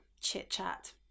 chit-chat